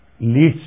leads